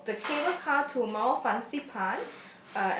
took the cable car to Mount Fansipan